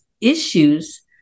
issues